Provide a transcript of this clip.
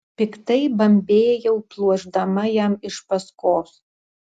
piktai bambėjau pluošdama jam iš paskos